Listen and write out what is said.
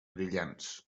brillants